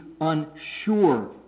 unsure